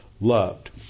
loved